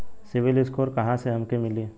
CIBIL score कहाँसे हमके मिली?